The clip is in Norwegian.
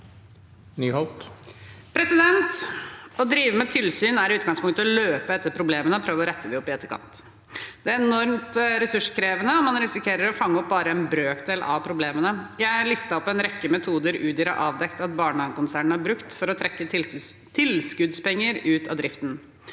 Å drive med tilsyn er i utgangspunktet å løpe etter problemene og prøve å rette dem opp i etterkant. Det er enormt ressurskrevende, og man risikerer å fange opp bare en brøkdel av problemene. Jeg listet opp en rekke metoder Udir har avdekket at barnehagekonsernene har brukt for å trekke tilskuddspenger ut av driften.